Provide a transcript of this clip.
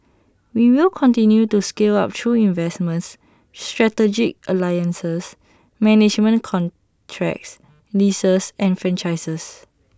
we will continue to scale up through investments strategic alliances management contracts leases and franchises